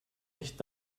nicht